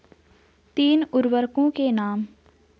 तीन उर्वरकों के नाम?